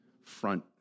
front